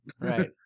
Right